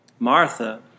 Martha